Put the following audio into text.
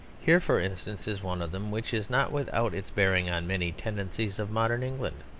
here, for instance, is one of them which is not without its bearing on many tendencies of modern england.